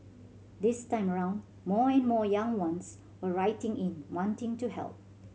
this time round more and more young ones were writing in wanting to help